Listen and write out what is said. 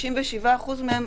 לפני השאלה שלך,